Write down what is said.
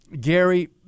Gary